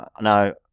no